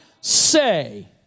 say